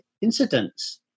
incidents